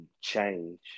change